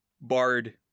bard